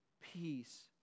peace